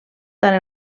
tant